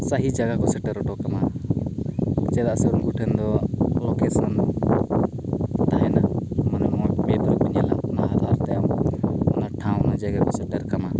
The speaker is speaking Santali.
ᱥᱟᱦᱤ ᱡᱟᱭᱜᱟ ᱠᱚ ᱥᱮᱴᱮᱨ ᱦᱚᱴᱚᱠᱟᱢᱟ ᱪᱮᱫᱟᱜ ᱥᱮ ᱩᱱᱠᱩᱴᱷᱮᱱ ᱫᱚ ᱞᱳᱠᱮᱥᱚᱱ ᱠᱚ ᱛᱟᱦᱮᱱᱟ ᱢᱟᱱᱮ ᱢᱮᱯ ᱠᱚ ᱧᱮᱞᱟ ᱚᱱᱟ ᱴᱷᱟᱶ ᱚᱱᱟ ᱡᱟᱭᱜᱟ ᱠᱚ ᱥᱮᱴᱮᱨ ᱠᱟᱢᱟ